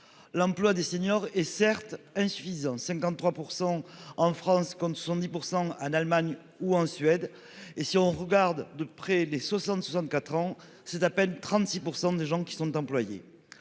L'emploi des seniors est certes insuffisant, 53% en France qu'on ne sont ni pour 100 en Allemagne ou en Suède. Et si on regarde de près les 60 64 ans, c'est à peine 36% des gens qui sont employés